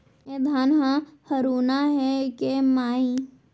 ए धान ह हरूना हे के माई?